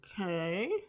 Okay